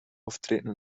auftreten